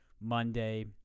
Monday